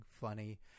funny